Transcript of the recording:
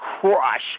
crush